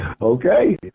Okay